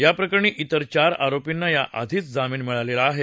याप्रकरणी वेर चार आरोपींना याआधीच जामीन मिळालेला आहे